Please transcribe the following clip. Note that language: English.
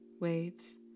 waves